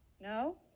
No